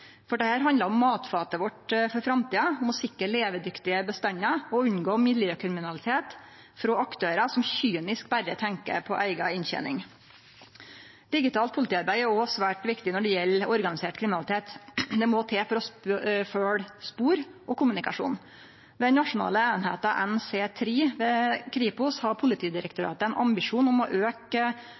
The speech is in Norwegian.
handlar om matfatet vårt for framtida og om å sikre levedyktige bestandar og å unngå miljøkriminalitet frå aktørar som kynisk berre tenkjer på eiga inntening. Digitalt politiarbeid er òg svært viktig når det gjeld organisert kriminalitet. Det må til for å følgje spor og kommunikasjon. Den nasjonale eininga NC3 ved Kripos har Politidirektoratet ein ambisjon om å auke